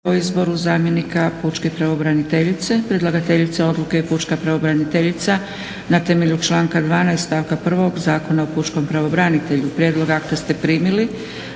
o izboru zamjenika Pučke pravobraniteljice Predlagateljica odluke je Pučka pravobraniteljica na temelju članka 12. stavka 1. Zakona o pučkom pravobranitelju. Prijedlog akta ste primili.